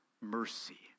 mercy